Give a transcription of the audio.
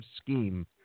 scheme